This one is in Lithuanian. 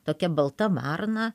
tokia balta varna